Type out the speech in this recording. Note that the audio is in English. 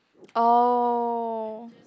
oh